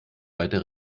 weiter